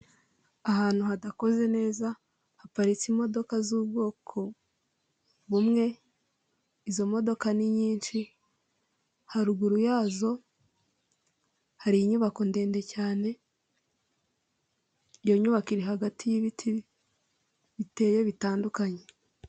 Ahantu hadakoze neza haparitse imodoka z'ubwoko bumwe izo modoka ni nyinshi haruguru yazo hari inyubako ndende cyane, iyo nyubako hagati y'ibiti biteye bitandukanye.